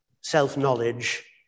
self-knowledge